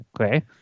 okay